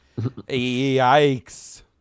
yikes